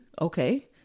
Okay